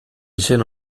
seno